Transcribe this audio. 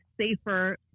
safer